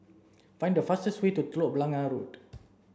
find the fastest way to Telok Blangah Road